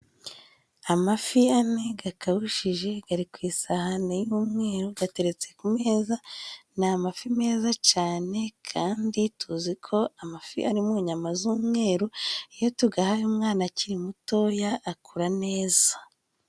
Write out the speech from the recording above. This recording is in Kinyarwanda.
Amafi ane gakabushije gari ku isahane y'umweru gateretse ku meza, ni amafi meza cane kandi tuzi ko amafi ari mu nyama z'umweru, iyo tugahaye umwana akiri mutoya akura neza.